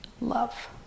love